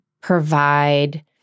provide